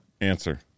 Answer